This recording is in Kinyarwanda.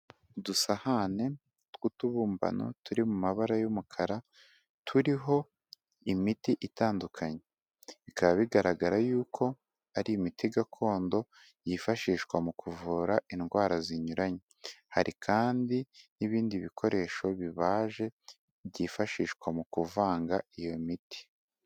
Udusahane tw'utubumbano turi mu mabara y'umukara, turiho imiti itandukanye, bikaba bigaragara yuko ari imiti gakondo yifashishwa mu kuvura indwara zinyuranye, hari kandi n'ibindi bikoresho bibabaje byifashishwa mu kuvanga iyo miti.